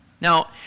Now